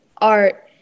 Art